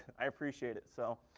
i appreciate it so.